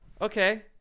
okay